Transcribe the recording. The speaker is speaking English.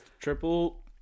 triple